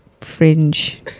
fringe